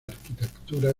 arquitectura